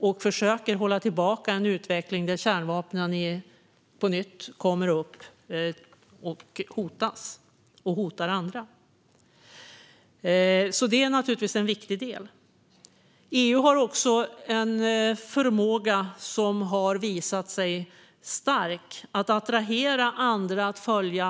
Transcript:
Vi försöker hålla tillbaka en utveckling där kärnvapnen på nytt kommer upp och hotas och hotar andra. Det är naturligtvis en viktig del. EU:s förmåga att attrahera andra att följa EU:s exempel har visat sig stark.